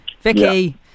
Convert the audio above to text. Vicky